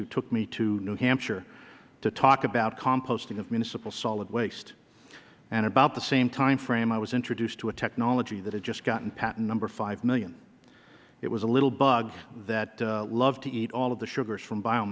who took me to new hampshire to talk about composting of municipal solid waste and about the same time frame i was introduced to a technology that had just gotten patent number five million it was a little bug that loved to eat all the sugars from bio